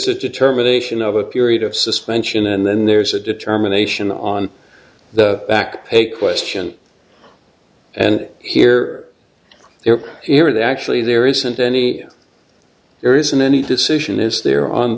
the determination of a period of suspension and then there's a determination on the back page question and here they're here that actually there isn't any there isn't any decision is there on